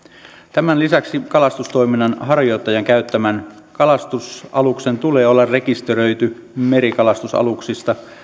tämän lisäksi kalastustoiminnan harjoittajan käyttämän kalastusaluksen tulee olla rekisteröity merikalastusaluksista